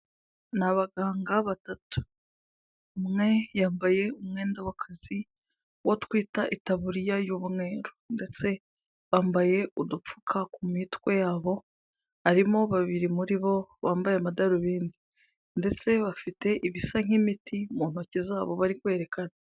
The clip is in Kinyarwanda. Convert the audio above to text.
Ni abaganga batatu. Umwe yambaye umwenda w'akazi wo twita itaburiya y'umweru, ndetse bambaye udupfuka ku mitwe yabo, harimo babiri muri bo bambaye amadarubindi. Ndetse bafite ibisa nk'imiti mu ntoki zabo bari kwerekana.